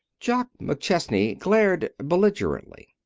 jock mcchesney glared belligerently.